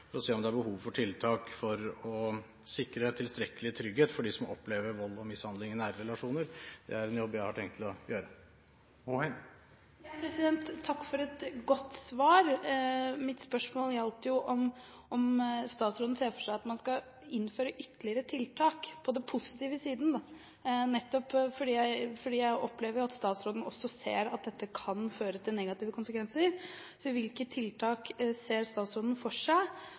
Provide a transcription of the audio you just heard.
se på om det er behov for tiltak for å sikre tilstrekkelig trygghet for dem som opplever vold og mishandling i nære relasjoner. Det er en jobb jeg har tenkt å gjøre. Takk for et godt svar. Mitt spørsmål gjaldt om statsråden ser for seg at man skal innføre ytterligere tiltak på den positive siden, nettopp fordi jeg opplever at statsråden også ser at dette kan føre til negative konsekvenser. Hvilke tiltak ser statsråden for seg?